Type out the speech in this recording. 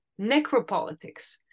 necropolitics